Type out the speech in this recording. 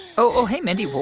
oh, hey, mindy.